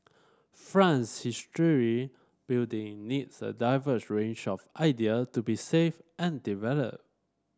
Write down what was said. France's history building needs a diverse range of idea to be saved and develop